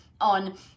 on